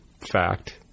fact